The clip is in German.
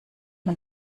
man